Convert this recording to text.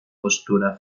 postura